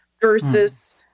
versus